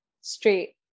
straight